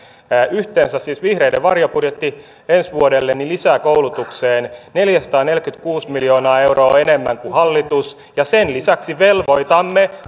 yhteensä siis vihreiden varjobudjetti ensi vuodelle lisää koulutukseen neljäsataaneljäkymmentäkuusi miljoonaa euroa enemmän kuin hallitus ja sen lisäksi velvoitamme